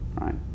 right